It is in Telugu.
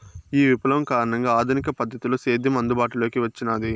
ఈ విప్లవం కారణంగా ఆధునిక పద్ధతిలో సేద్యం అందుబాటులోకి వచ్చినాది